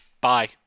bye